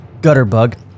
Gutterbug